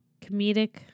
comedic